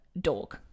dog